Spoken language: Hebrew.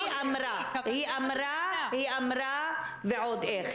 היא אמרה ועוד איך.